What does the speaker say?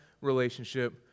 relationship